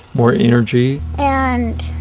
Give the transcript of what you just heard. more energy. and